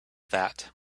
that